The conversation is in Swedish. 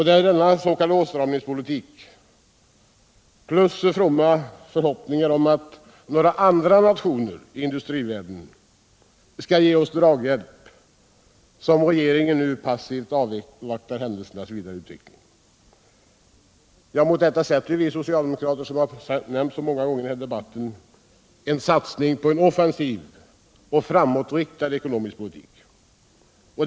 Det är med denna s.k. åtstramningspolitik, plus fromma förhoppningar om att några andra nationer i industrivärlden skall ge oss draghjälp, som regeringen nu passivt avvaktar händelsernas vidare utveckling. Mot detta sätter vi socialdemokrater, som har nämnts så många gånger här idebatten, en satsning på en offensiv och framåtriktad ekonomisk politik.